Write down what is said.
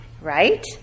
right